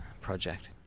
project